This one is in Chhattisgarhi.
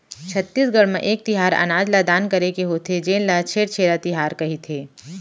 छत्तीसगढ़ म एक तिहार अनाज ल दान करे के होथे जेन ल छेरछेरा तिहार कहिथे